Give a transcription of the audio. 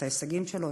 את ההישגים שלו,